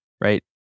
right